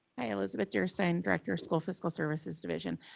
hi, elizabeth dearstyne, director of school fiscal services division.